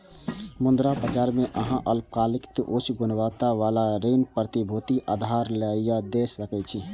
मुद्रा बाजार मे अहां अल्पकालिक, उच्च गुणवत्ता बला ऋण प्रतिभूति उधार लए या दै सकै छी